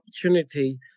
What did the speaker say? opportunity